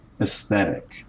aesthetic